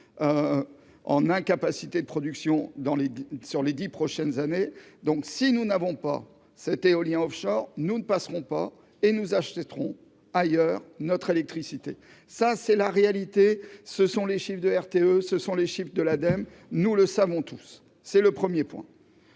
en incapacité de production dans les sur les 10 prochaines années, donc si nous n'avons pas cette éolien Offshore, nous ne passerons pas et nous achèterons ailleurs notre électricité, ça c'est la réalité, ce sont les chiffres de RTE, ce sont les chiffres de la dame, nous le savons tous, c'est le 1er point.